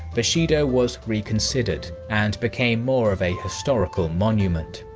bushido was reconsidered and became more of a historical monument.